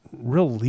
real